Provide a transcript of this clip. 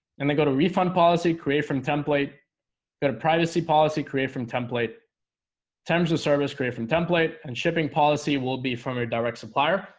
and then go to refund policy create from template got a privacy policy create from template terms of service create from template and shipping policy will be from your direct supplier.